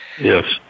Yes